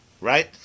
Right